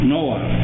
Noah